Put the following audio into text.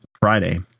Friday